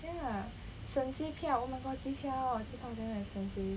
ya 省机票 oh my god 机票机票 damn expensive